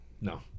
No